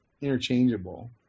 interchangeable